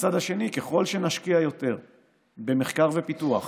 מהצד השני, ככל שנשקיע יותר במחקר ופיתוח